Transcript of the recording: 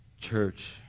church